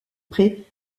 prés